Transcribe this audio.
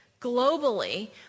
globally